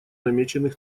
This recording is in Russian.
намеченных